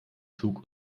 zug